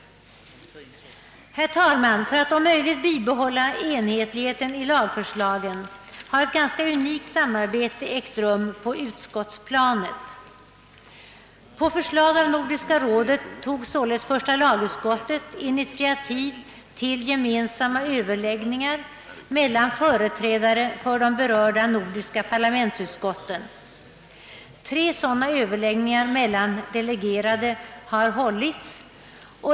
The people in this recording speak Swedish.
Herr talman! För att om möjligt bibehålla enhetligheten i lagförslagen har ett ganska unikt samarbete ägt rum på utskottsplanet. På förslag av Nordiska rådet tog första lagutskottet initiativ till gemensamma överläggningar mellan företrädare för de berörda nordiska parlamentsutskotten. Tre sådana överläggningar mellan delegerade har hållits.